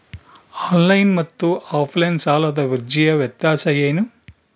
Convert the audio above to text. Online ಮತ್ತು offline ಸಾಲದ ಅರ್ಜಿಯ ವ್ಯತ್ಯಾಸ ಏನು?